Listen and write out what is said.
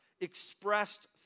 expressed